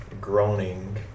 groaning